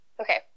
Okay